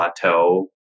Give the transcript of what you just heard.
plateau